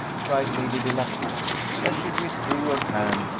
cried lady delacour and she withdrew her hand,